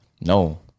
No